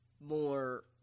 more